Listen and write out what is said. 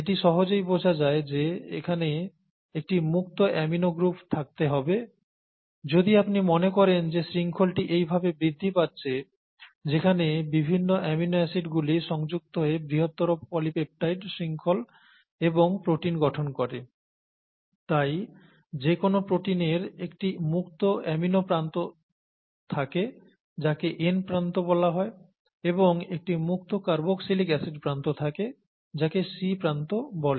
এটি সহজেই বোঝা যায় যে এখানে একটি মুক্ত অ্যামিনো গ্রুপ থাকতে হবে যদি আপনি মনে করেন যে শৃঙ্খলাটি এই ভাবে বৃদ্ধি পাচ্ছে যেখানে বিভিন্ন অ্যামিনো অ্যাসিডগুলি সংযুক্ত হয়ে বৃহত্তর পলিপেপটাইড শৃংখল এবং প্রোটিন গঠন করে তাই যেকোন প্রোটিনের একটি মুক্ত অ্যামিনো প্রান্ত থাকে যাকে N প্রান্ত বলা হয় এবং একটি মুক্ত কার্বক্সিলিক অ্যাসিড প্রান্ত থাকে যাকে C প্রান্ত বলে